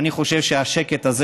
אני חושב שהשקט הזה,